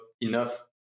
enough